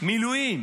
מילואים